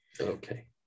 okay